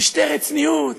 משטרת צניעות.